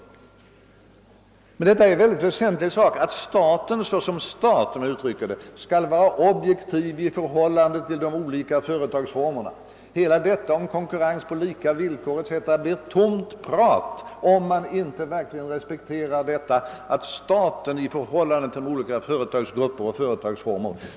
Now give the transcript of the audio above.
Men det är en mycket väsentlig sak att staten som stat — om jag får uttrycka det så — skall vara objektiv i förhållande till olika företagsformer. Talet om konkurrens på lika villkor blir bara tomt prat, om man inte respekterar att staten skall iaktta verklig neutralitet i sitt förhållande till olika företagsgrupper och företagsformer.